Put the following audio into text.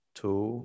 two